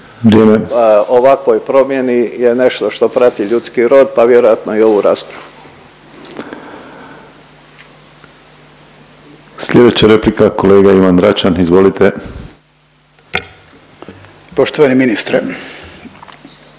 ovakvoj promjeni je nešto što prati ljudski rod pa vjerojatno i ovu raspravu. **Penava, Ivan (DP)** Sljedeća replika kolega Ivan Račan, izvolite. **Račan,